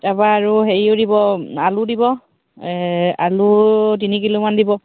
তাৰপৰা আৰু হেৰিও দিব আলু দিব আলু তিনি কিলোমান দিব